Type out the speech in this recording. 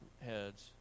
heads